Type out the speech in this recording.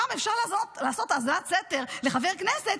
שם אפשר לעשות האזנת סתר לחבר כנסת